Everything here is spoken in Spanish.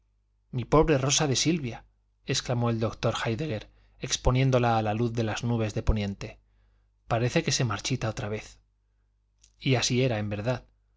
mi pobre rosa de silvia exclamó el doctor héidegger exponiéndola a la luz de las nubes del poniente parece que se marchita otra vez y así era en verdad